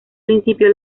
principio